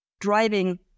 driving